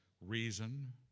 reason